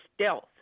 stealth